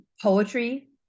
poetry